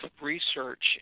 research